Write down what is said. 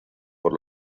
por